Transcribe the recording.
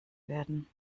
werden